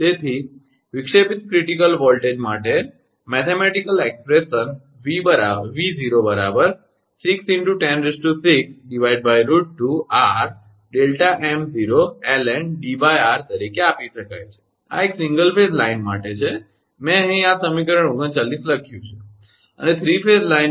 તેથી વિક્ષેપિત critical voltage માટે ગાણિતિક અભિવ્યક્તિ 𝑉0 6×106√2𝑟𝛿𝑚0ln𝐷𝑟 તરીકે આપી શકાય છે આ એક સિંગલ ફેઝ લાઇન માટે છે મેં અહીં આ સમીકરણ 39 લખ્યું છે